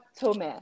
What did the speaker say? Tome